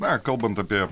na kalbant apie